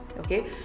okay